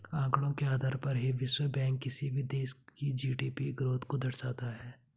आंकड़ों के आधार पर ही विश्व बैंक किसी भी देश की जी.डी.पी ग्रोथ को दर्शाता है